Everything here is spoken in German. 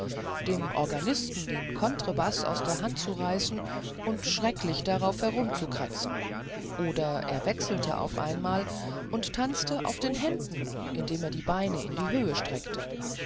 dem organisten den contrebaß aus der hand zu reißen und schrecklich darauf umherzukratzen oder er wechselte auf einmal und tanzte auf den händen indem er die beine in die höhe streckte